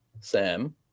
Sam